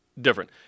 different